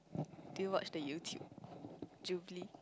do you watch the YouTube jubilee